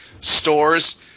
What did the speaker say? stores